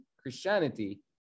Christianity